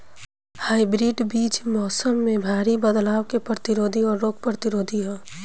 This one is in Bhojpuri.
हाइब्रिड बीज मौसम में भारी बदलाव के प्रतिरोधी और रोग प्रतिरोधी ह